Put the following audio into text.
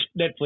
Netflix